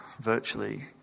virtually